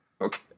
Okay